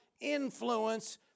influence